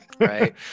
Right